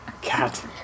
Cat